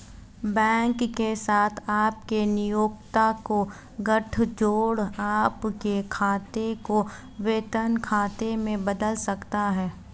bank के साथ आपके नियोक्ता का गठजोड़ आपके खाते को वेतन खाते में बदल सकता है